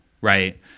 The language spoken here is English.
right